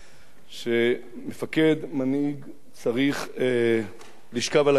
שמפקד, מנהיג, צריך לשכב על הגדר,